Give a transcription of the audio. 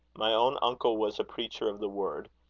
my own uncle was a preacher of the word.